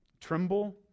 Tremble